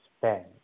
spend